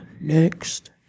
next